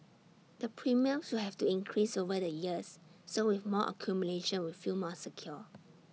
the premiums so have to increase over the years so with more accumulation we feel more secure